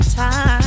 time